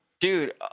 Dude